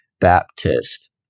Baptist